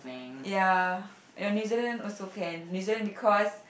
ya New Zealand also can New Zealand because